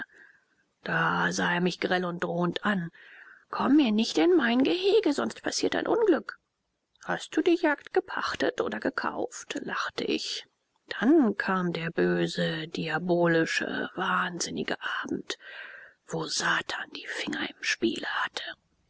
da sah er mich grell und drohend an komm mir nicht in mein gehege sonst passiert ein unglück hast du die jagd gepachtet oder gekauft lachte ich dann kam der böse diabolische wahnsinnige abend wo satan die finger im spiele hatte